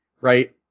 right